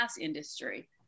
industry